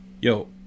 yo